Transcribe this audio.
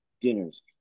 dinners